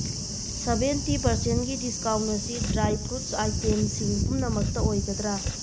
seventy ꯄꯥꯔꯁꯦꯟꯒꯤ discount ꯑꯁꯤ dry fruits ꯑꯥꯏꯇꯦꯝꯁꯤꯡ ꯄꯨꯝꯅꯃꯛꯇ ꯑꯣꯏꯒꯗ꯭ꯔꯥ